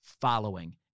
following